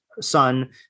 son